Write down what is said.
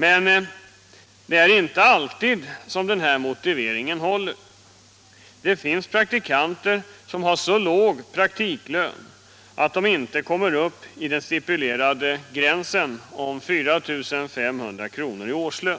Men det är inte alltid som denna motivering håller. Det finns praktikanter som har så låg praktiklön att de inte kommer upp till den stipulerade gränsen på 4 500 kr. i årslön.